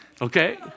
Okay